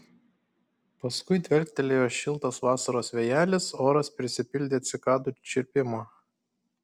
paskui dvelktelėjo šiltas vasaros vėjelis oras prisipildė cikadų čirpimo